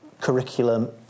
curriculum